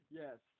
yes